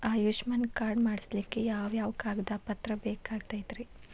Ayushman card ಮಾಡ್ಸ್ಲಿಕ್ಕೆ ಯಾವ ಯಾವ ಕಾಗದ ಪತ್ರ ಬೇಕಾಗತೈತ್ರಿ?